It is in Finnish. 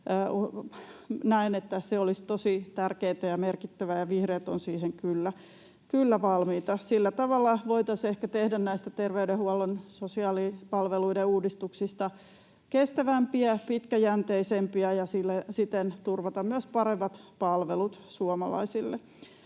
Näen, että se olisi tosi tärkeätä ja merkittävää, ja vihreät ovat siihen kyllä valmiita. Sillä tavalla voitaisiin ehkä tehdä näistä terveydenhuollon sosiaalipalveluiden uudistuksista kestävämpiä ja pitkäjänteisempiä ja siten turvata myös paremmat palvelut suomalaisille.